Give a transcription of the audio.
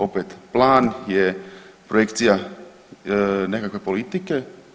Opet plan je projekcija nekakve politike.